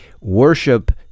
Worship